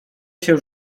się